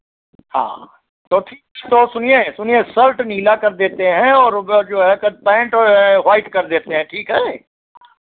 हाँ तो ठीक तो सुनिए सुनिए शर्ट नीला कर देते हैं और वो जो है पैंट व्हाइट कर देते हैं ठीक है